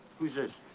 who's this?